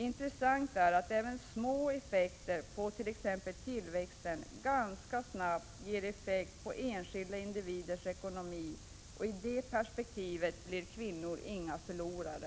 Intressant är att även små förändringar i t.ex. tillväxten ganska snabbt ger effekt på enskilda individers ekonomi. I det perspektivet blir kvinnor inga förlorare.